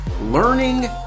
learning